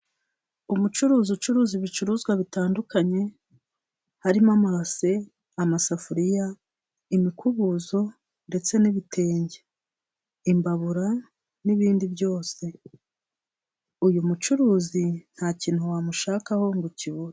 Umucuruzi ucuruza ibicuruzwa bitandukanye, harimo amabase, amasafuriya, imikubuzo ndetse n'ibitenge. Imbabura n'ibindi byose. Uyu mucuruzi nta kintu wamushakaho ngo ukibure.